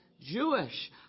Jewish